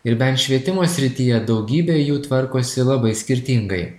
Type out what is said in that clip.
ir bent švietimo srityje daugybė jų tvarkosi labai skirtingai